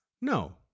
No